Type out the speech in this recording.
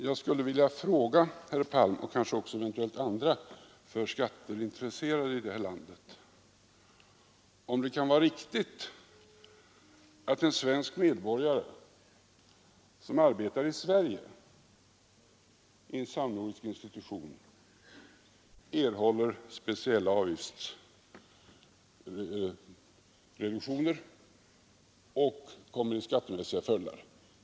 Jag skulle vilja fråga herr Palm och även andra för skatter intresserade i detta land, om det kan vara riktigt att en svensk medborgare, som arbetar i Sverige i en samnordisk institution, erhåller speciella avgiftsreduktioner och tillerkänns skattemässiga fördelar.